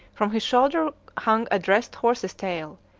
from his shoulder hung a dressed horse's tail,